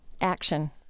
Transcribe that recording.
action